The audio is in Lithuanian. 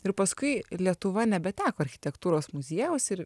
ir paskui lietuva nebeteko architektūros muziejaus ir